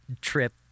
trip